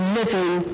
living